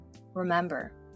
Remember